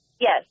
Yes